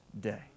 day